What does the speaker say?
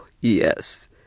yes